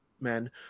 men